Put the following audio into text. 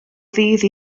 ddydd